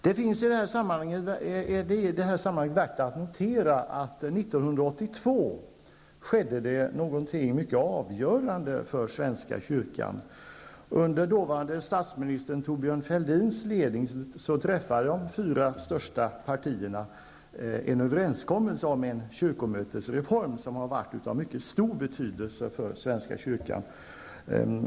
Det som i detta sammanhang är värt att notera är att det 1982 skedde något mycket avgörande för svenska kyrkan. Under dåvarande statsminister Thorbjörn Fälldins ledning träffade de fyra största partierna en överenskommelse om en kyrkomötesreform som har varit av mycket stor betydelse för svenska kyrkan.